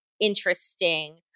interesting